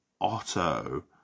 Otto